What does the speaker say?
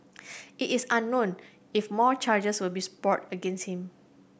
it is unknown if more charges will be brought against him